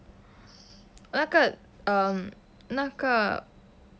那个 um 那个